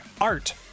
art